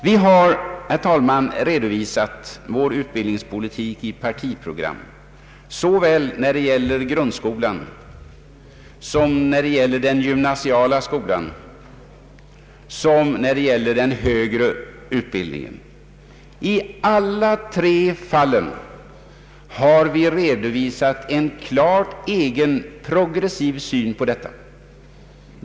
Vi har, herr talman, redovisat vår utbildningspolitik i partiprogram, såväl när det gäller grundskolan som när det gäller den gymnasiala skolan och den högre utbildningen. I alla tre fallen har vi redovisat en klart egen progressiv syn på hur utbildningen skall utformas.